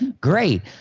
great